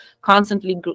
constantly